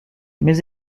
mais